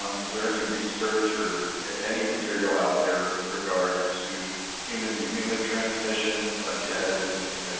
um was there any research or any material out there with regard to human-to-human transmission, like as in, you know,